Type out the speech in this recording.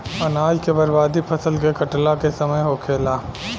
अनाज के बर्बादी फसल के काटला के समय होखेला